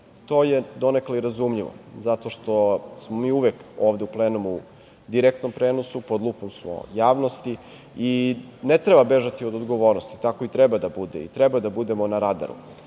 To je donekle i razumljivo zato što smo mi uvek ovde u plenumu u direktnom prenosu, pod lupom smo javnosti i ne treba bežati od odgovornosti, tako i treba da bude, i treba da budemo na radaru,